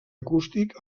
acústic